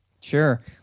Sure